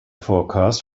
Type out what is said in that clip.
forecast